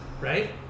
right